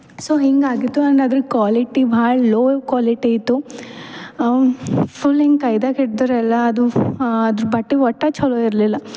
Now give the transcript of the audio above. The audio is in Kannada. ಸೋ ಹಿಂಗಾಗಿತ್ತು ಆ್ಯಂಡ್ ಅದ್ರ ಕ್ವಾಲಿಟಿ ಭಾಳ್ ಲೊ ಕ್ವಾಲಿಟಿ ಇತ್ತು ಹಾಂ ಫುಲ್ ಹಿಂಗ್ ಕೈದಾಲ್ ಹಿಡಿದ್ರೆ ಎಲ್ಲ ಅದು ಹಾಂ ಅದು ಬಟ್ಟೆ ಒಟ್ಟು ಚಲೋ ಇರಲಿಲ್ಲ